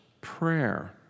Prayer